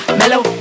mellow